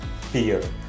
fear